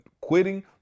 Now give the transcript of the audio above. quitting